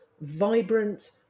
vibrant